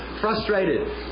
frustrated